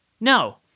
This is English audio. No